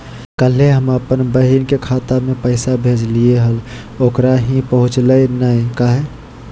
कल्हे हम अपन बहिन के खाता में पैसा भेजलिए हल, ओकरा ही पहुँचलई नई काहे?